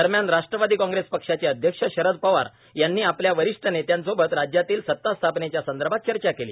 दरम्यान राष्ट्रवादी कॉग्रेस पक्षाचे अध्यक्ष शरद पवार यांनी आपल्या वरिष्ठ नेत्यांसोबत राज्यातील सता स्थापनेच्या संदर्भात चर्चा केली